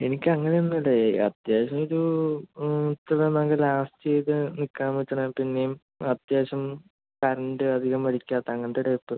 എനിക്കങ്ങനെയൊന്നുമില്ല അത്യാവശ്യം ഒരു ഇത്ര ആണെങ്കിൽ ലാസ്റ്റ് ചെയ്ത് നിൽക്കാൻ പറ്റണം പിന്നെയും അത്യാവശം കറണ്ട് അധികം വലിക്കാത്ത അങ്ങനത്തെ ടൈപ്പ്